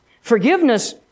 Forgiveness